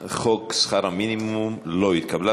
חוק שכר המינימום לא התקבלה.